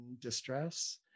distress